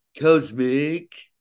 Cosmic